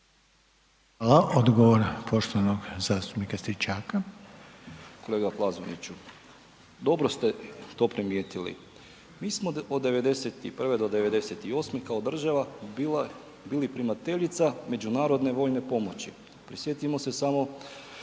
Hvala. Odgovor poštovanog zastupnika Stričaka. **Stričak, Anđelko (HDZ)** Dobro ste to primijetili. Mi smo od '91. do '98. kao bila, bili primateljica međunarodne vojne pomoći. Prisjetimo se samo